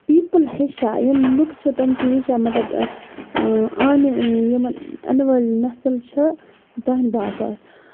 people ہٮ۪چھان یِم لُکھ چھِ تِم چھِ ہٮ۪چھان مطلب آنہِ یِمن ییٚنہٕ وٲلۍ نَسل چھِ تٔہنٛدِ باپَتھ